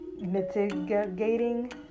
mitigating